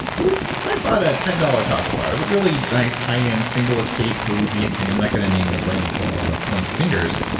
so but i bought a ten dollars chocolate bar, is a really nice highend single estate peruvian thing. i'm not going to name the brand because i don't want to point fingers.